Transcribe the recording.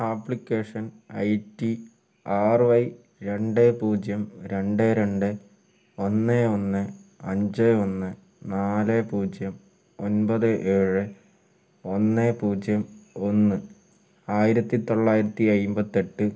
application I T R Y രണ്ട് പൂജ്യം രണ്ട് രണ്ട് ഒന്ന് ഒന്ന് അഞ്ച് ഒന്ന് നാല് പൂജ്യം ഒൻപത് ഏഴ് ഒന്ന് പൂജ്യം ഒന്ന് ആയിരത്തി തൊള്ളായിരത്തി അൻപത്തി എട്ട്